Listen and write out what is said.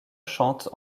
chantent